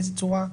באיזה צורה,